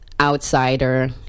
outsider